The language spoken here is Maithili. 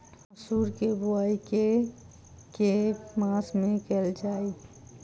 मसूर केँ बोवाई केँ के मास मे कैल जाए?